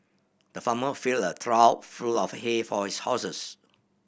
the farmer filled a trough full of hay for his horses